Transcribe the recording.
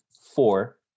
four